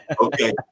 Okay